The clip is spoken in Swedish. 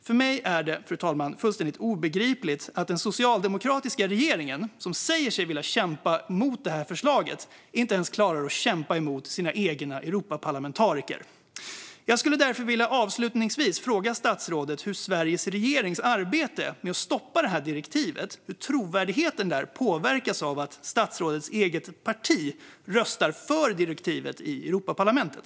För mig är det, fru talman, fullständigt obegripligt att den socialdemokratiska regeringen, som säger sig vilja kämpa mot det här förslaget, inte ens klarar att kämpa emot sina egna Europaparlamentariker. Jag skulle därför avslutningsvis vilja fråga statsrådet hur Sveriges regerings arbete med att stoppa direktivet och trovärdigheten rörande detta påverkas av att statsrådets eget parti röstar för direktivet i Europaparlamentet.